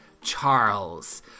Charles